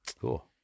cool